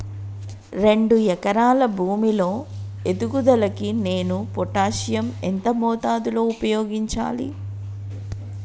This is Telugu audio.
రెండు ఎకరాల భూమి లో ఎదుగుదలకి నేను పొటాషియం ఎంత మోతాదు లో ఉపయోగించాలి?